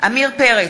עמיר פרץ,